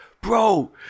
bro